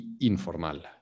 informal